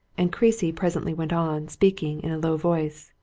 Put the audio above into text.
and creasy presently went on, speaking in a low voice